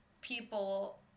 people